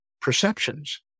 perceptions